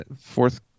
Fourth